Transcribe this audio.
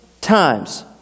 times